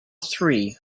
three